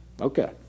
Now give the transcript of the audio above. Okay